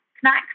snacks